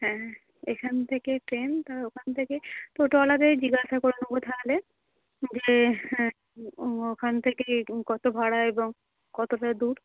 হ্যাঁ এখান থেকে ট্রেন তা ওখান থেকে টোটোওয়ালাকেই জিজ্ঞাসা করে নেবো তাহলে যে হ্যাঁ ওখান থেকে কত ভাড়া এবং কতটা দূর